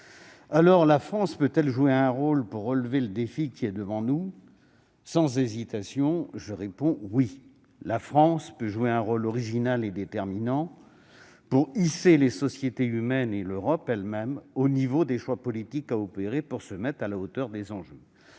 La France peut-elle jouer un rôle pour relever le défi qui est devant nous ? Sans hésitation, je réponds : oui ! La France peut jouer un rôle original et déterminant pour hisser les sociétés humaines et l'Europe elle-même au niveau des choix politiques qu'il faut opérer pour se mettre à la hauteur des enjeux.